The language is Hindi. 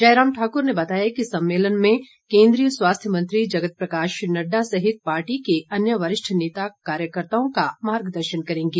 जयराम ठाक़र ने बताया कि सम्मेलन में केंद्रीय स्वास्थ्य मंत्री जगत प्रकाश नड़डा सहित पार्टी के अन्य वरिष्ठ नेता कार्यकर्ताओं का मार्गदर्शन करेंगे